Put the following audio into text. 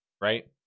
right